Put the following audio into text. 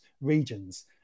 regions